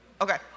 Okay